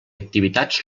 activitats